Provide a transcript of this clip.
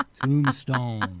Tombstone